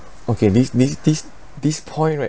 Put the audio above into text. okay this this this this point right